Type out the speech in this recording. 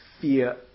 fear